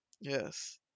Yes